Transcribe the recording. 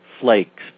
Flake's